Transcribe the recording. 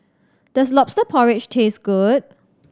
does Lobster Porridge taste good